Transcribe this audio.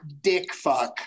Dickfuck